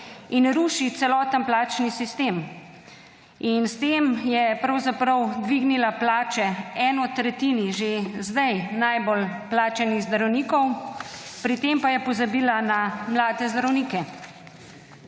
in ruši celoten plačni sistem in s tem je pravzaprav dvignila plače eni tretjini že zdaj najbolje plačanih zdravnikov, pri tem pa je pozabila na mlade zdravnike.